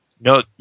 no